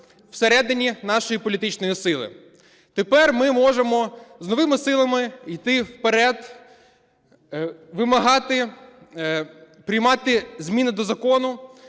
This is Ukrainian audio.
всередині нашої політичної сили. Тепер ми можемо з новими силами йти вперед, вимагати приймати зміни до закону